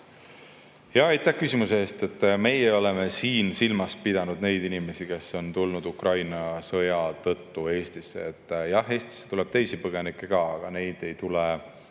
Aitäh küsimuse eest! Meie oleme siin silmas pidanud neid inimesi, kes on tulnud Ukraina sõja tõttu Eestisse. Jah, Eestisse tuleb teisi põgenikke ka, aga neid ei tule